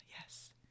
Yes